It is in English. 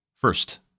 First